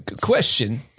Question